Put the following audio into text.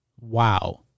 Wow